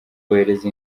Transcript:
bohereza